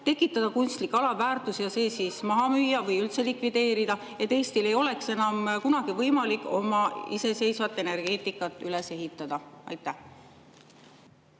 tekitada kunstlik alaväärtus ja see siis maha müüa? Või üldse likvideerida, et Eestil ei oleks enam kunagi võimalik oma iseseisvat energeetikat üles ehitada? Aitäh!